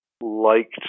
liked